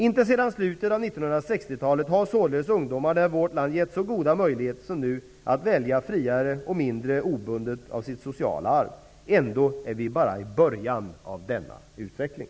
Inte sedan slutet av 1960-talet har således ungdomarna i vårt land getts så goda möjligheter som nu att välja friare och mindre obundet av sitt sociala arv. Ändå är vi bara i början av denna utveckling.